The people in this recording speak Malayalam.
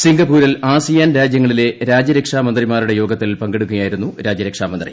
സിംഗപ്പൂരിൽ ആസി യാൻ രാജ്യങ്ങളിലെ രാജ്യരക്ഷാ മന്ത്രിമാരുടെ യോഗത്തിൽ പങ്കെടു ക്കുകയായിരുന്നു രാജ്യരക്ഷാമന്ത്രി